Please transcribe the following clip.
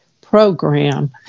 program